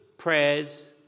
prayers